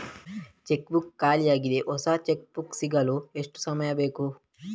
Check book ಖಾಲಿ ಯಾಗಿದೆ, ಹೊಸ ಚೆಕ್ ಬುಕ್ ಸಿಗಲು ಎಷ್ಟು ಸಮಯ ಬೇಕು?